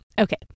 Okay